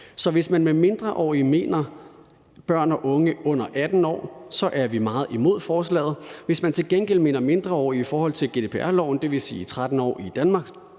Så hvis man med mindreårige mener børn og unge under 18 år, er vi meget imod forslaget. Hvis man til gengæld mener mindreårige i forhold til GDPR-loven, dvs. 13 år i Danmark,